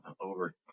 over